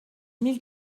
mil